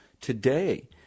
today